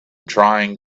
trying